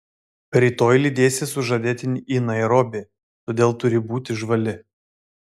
rytoj lydėsi sužadėtinį į nairobį todėl turi būti žvali